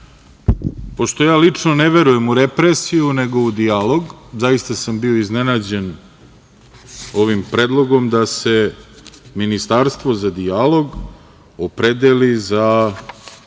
Pošto ja lično ne verujem u represiju, nego u dijalog, zaista sam bio iznenađen ovim predlogom da se Ministarstvo za dijalog opredeli za